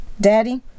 daddy